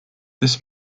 this